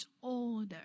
order